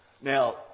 Now